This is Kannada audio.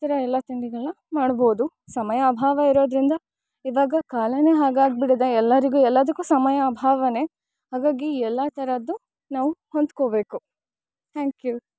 ಈ ಥರ ಎಲ್ಲ ತಿಂಡಿಗಳನ್ನ ಮಾಡಬೌದು ಸಮಯ ಅಭಾವ ಇರೋದ್ರಿಂದ ಇವಾಗ ಕಾಲವೇ ಹಾಗಾಗಿಬಿಟ್ಟಿದೆ ಎಲ್ಲರಿಗು ಎಲ್ಲದಕ್ಕು ಸಮಯ ಅಭಾವವೇ ಹಾಗಾಗಿ ಎಲ್ಲ ಥರದ್ದು ನಾವು ಹೊಂದಿಕೊಬೇಕು ಥ್ಯಾಂಕ್ ಯು